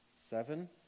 seven